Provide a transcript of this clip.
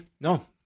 no